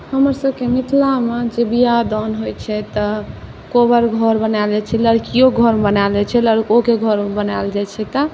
हमरसभके मिथिलामे जे विवाह दान होइत छै तऽ कोबर घर बनायल जाइत छै लड़किओ घर बनबैत छै लड़कोके घर बनायल जाइत छै तऽ